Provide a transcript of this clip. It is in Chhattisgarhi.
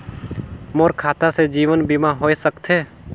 मोर खाता से जीवन बीमा होए सकथे?